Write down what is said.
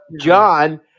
John